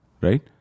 right